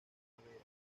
primavera